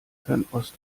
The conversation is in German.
fernost